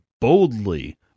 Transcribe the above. boldly